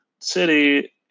city